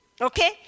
Okay